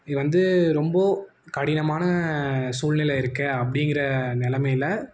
இது வந்து ரொம்ப கடினமான சூழ்நிலை இருக்கே அப்படிங்கிற நிலமையில